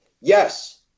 Yes